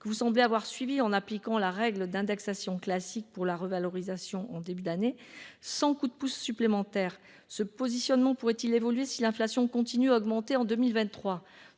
en effet les avoir suivies, en appliquant la règle d'indexation classique pour la revalorisation du Smic en début d'année sans coup de pouce supplémentaire. Ce positionnement pourrait-il évoluer si l'inflation continue à augmenter en 2023 ?